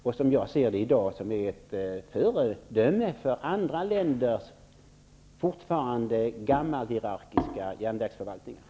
Den skall vara, som jag ser det, ett föredöme för andra länders fortfarande gammalhierarkiska järnvägsförvaltningar.